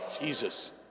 Jesus